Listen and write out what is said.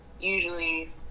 usually